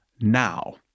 now